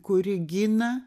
kuri gina